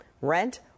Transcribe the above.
Rent